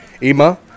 Ima